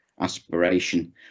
aspiration